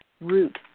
root